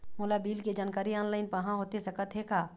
मोला बिल के जानकारी ऑनलाइन पाहां होथे सकत हे का?